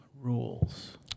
rules